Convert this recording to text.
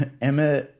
Emma